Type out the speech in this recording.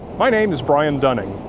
my name is brian dunning.